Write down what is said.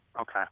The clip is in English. Okay